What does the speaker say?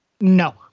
No